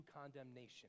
condemnation